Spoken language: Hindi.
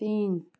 तीन